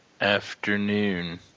afternoon